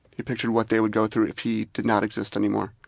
he pictured what they would go through if he did not exist anymore.